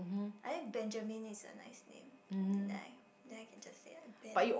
I think Benjamin is a nice name mm ya then I can just say like Ben